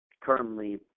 currently